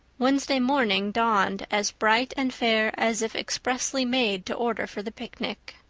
wednesday morning dawned as bright and fair as if expressly made to order for the picnic.